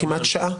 הוא דיבר כמעט שעה.